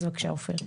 אז בבקשה.